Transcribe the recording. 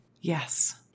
Yes